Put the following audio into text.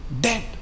dead